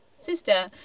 Sister